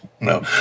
no